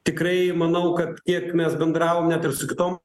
tikrai manau kad tiek mes bendravom net ir su kitom